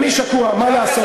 אני שקוע, מה לעשות.